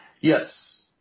Yes